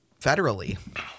federally